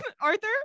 Arthur